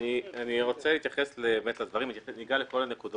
אנסה לגעת בכל הדברים